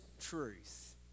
truth